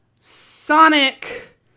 Sonic